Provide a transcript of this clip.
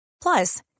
Plus